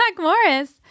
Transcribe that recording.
Morris